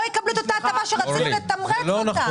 יקבלו את אותה הטבה שרצינו לתמרץ אותם.